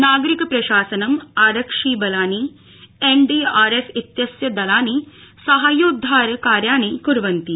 नागरिक प्रशासनं आरक्षिबलानि एन डी आर एफ इत्यस्य दलानि साहाय्योद् धारकार्याणि क्वन्ति